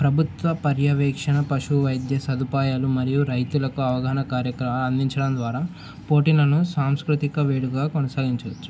ప్రభుత్వ పర్యవేక్షణ పశు వైద్య సదుపాయాలు మరియు రైతులకు అవగాహన కార్యక్రమాలు అందించడం ద్వారా పోటీలను సాంస్కృతిక వేడుకగా కొనసాగించవచ్చు